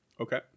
Okay